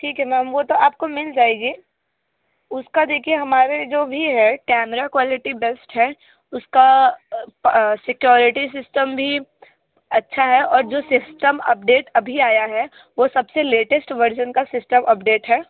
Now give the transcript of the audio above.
ठीक है मैम वो तो आपको मिल जाएगी उसका देखिए हमारे जो भी है कैमरा क्वालिटी बेस्ट है उसका पा सिक्योरिटी सिस्टम भी अच्छा है और जो सिस्टम अपडेट अभी आया है वो सब से लेटेस्ट वर्ज़न का सिस्टम अपडेट है